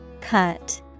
Cut